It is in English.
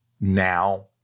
now